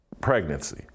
pregnancy